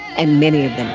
and many of them